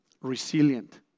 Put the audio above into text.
Resilient